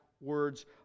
words